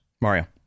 Mario